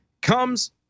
comes